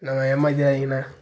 அண்ண ஏமாற்றிடாதீங்கண்ண